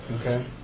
Okay